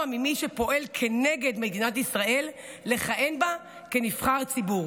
ממי שפועל כנגד מדינת ישראל לכהן בה כנבחר ציבור.